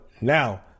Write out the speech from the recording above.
now